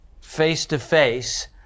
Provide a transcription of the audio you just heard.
face-to-face